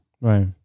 Right